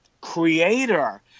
Creator